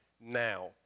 now